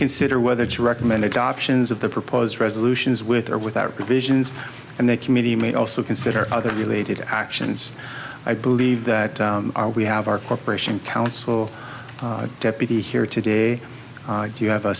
consider whether to recommend adoptions of the proposed resolutions with or without provisions and the committee may also consider other related actions i believe that we have our cooperation council deputy here today do you have a